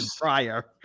prior